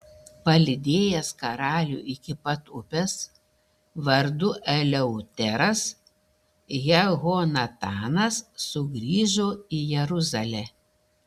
palydėjęs karalių iki pat upės vardu eleuteras jehonatanas sugrįžo į jeruzalę